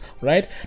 Right